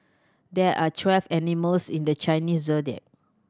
there are twelve animals in the Chinese Zodiac